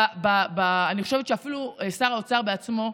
אני חושבת שאפילו שר האוצר בעצמו,